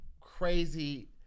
crazy